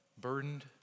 Burdened